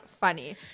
funny